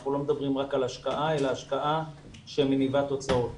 אנחנו לא מדברים רק על השקעה אלא השקעה שמניבה תוצאות.